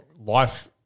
life